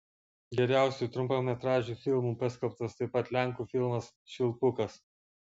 geriausiu trumpametražiu filmu paskelbtas taip pat lenkų filmas švilpukas